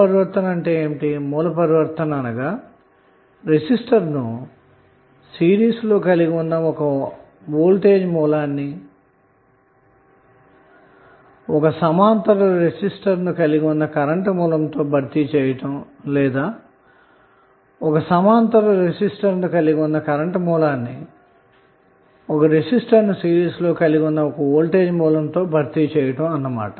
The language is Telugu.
సోర్స్ ట్రాన్సఫార్మషన్ అనగా రెసిస్టర్ను సిరీస్ లో కలిగి ఉన్న ఒక వోల్టేజ్ సోర్స్ ని సమాంతర రెసిస్టర్ను కలిగిన కరెంటు సోర్స్ తో భర్తీ చేయుట లేదా సమాంతర రెసిస్టర్ను కలిగి ఉన్న కరెంటు సోర్స్ ని సిరీస్ రెసిస్టర్ను కలిగిన వోల్టేజ్ సోర్స్ తో భర్తీ చేయుట అన్నమాట